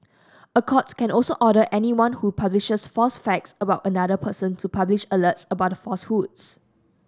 a court can also order anyone who publishes false facts about another person to publish alerts about the falsehoods